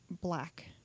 black